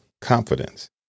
confidence